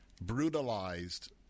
brutalized